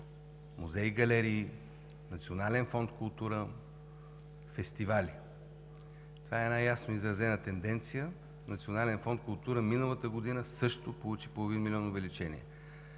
музеи и галерии, Национален фонд „Култура“, фестивали. Това е една ясно изразена тенденция. Национален фонд „Култура“ миналата година също получи половин милион увеличение.